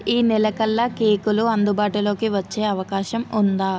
ఈ నెల కల్లా కేకులు అందుబాటులోకి వచ్చే అవకాశం ఉందా